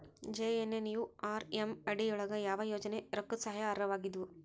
JNNURM ಅಡಿ ಯೊಳಗ ಯಾವ ಯೋಜನೆ ರೊಕ್ಕದ್ ಸಹಾಯಕ್ಕ ಅರ್ಹವಾಗಿದ್ವು?